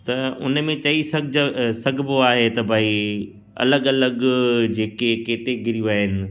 त उन में चई सघिजे सघिबो आहे त भई अलॻि अलॻि जेके केटेगिरियूं आहिनि